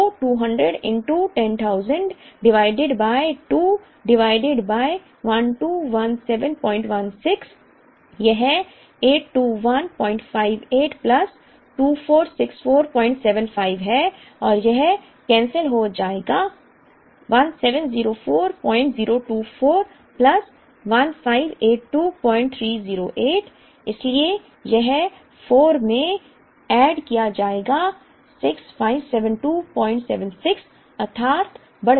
तो 200 10000 divided by 2 divided by 121716 यह 82158 plus 246475 है और यह कैंसिल हो जाएगा 1704024 प्लस 1582308 इसलिए यह 4 में एड किया जाएगा 657276 अर्थात बढ़ जाएगा